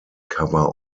cover